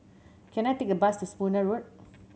can I take a bus to Spooner Road